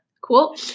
Cool